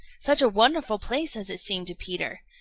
such a wonderful place as it seemed to peter!